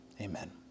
Amen